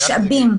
משאבים.